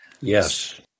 Yes